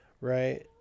Right